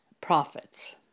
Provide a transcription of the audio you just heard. prophets